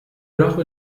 loch